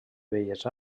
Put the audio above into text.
belles